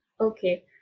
Okay